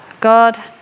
God